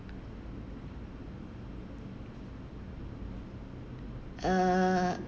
uh